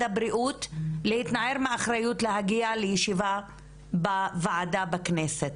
הבריאות להתנער מאחריות להגיע לישיבה בוועדה בכנסת.